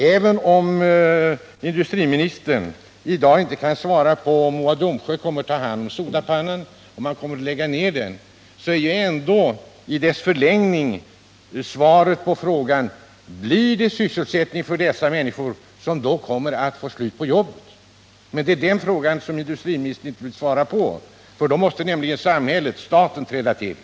Även om industriministern i dag inte kan svara på om Mo och Domsjö kommer att ta hand om sodapannan eller om man kommer att lägga ner den innebär det ändå i sin förlängning ett svar på frågan: Blir det sysselsättning för dessa människor som då kommer att förlora jobben? Den frågan vill inte industriministern svara på, för då måste nämligen samhället — staten — träda tili.